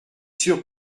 sûr